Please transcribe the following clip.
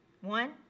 One